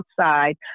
outside